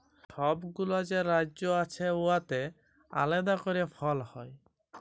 ছব গুলা যে রাজ্য আছে উয়াতে আলেদা ক্যইরে ফল হ্যয়